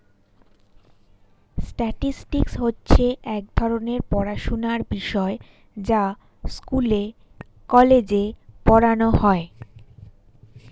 statistics হচ্ছে এক ধরণের পড়াশোনার বিষয় যা স্কুলে, কলেজে পড়ানো হয়